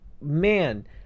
man